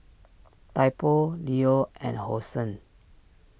Typo Leo and Hosen